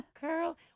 girl